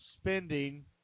spending